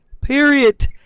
Period